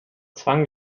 zwang